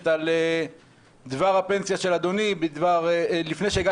על דבר הפנסיה של אדוני לפני שהגעת לכנסת.